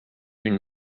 une